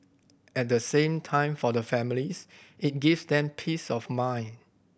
at the same time for the families it gives them peace of mind